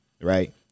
right